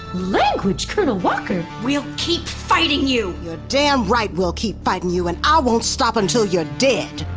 language, colonel walker we'll keep fighting you! you're damn right we'll keep fighting you, and i won't stop until you're dead!